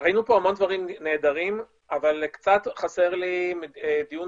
ראינו פה המון דברים נהדרים אבל קצת חסר לי דיון